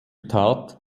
tat